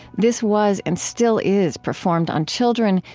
this was, and still is, performed on children,